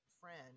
friend